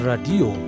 Radio